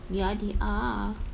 ya they are